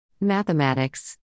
Mathematics